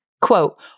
Quote